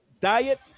diet